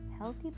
healthy